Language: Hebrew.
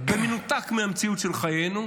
במנותק מהמציאות של חיינו,